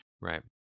Right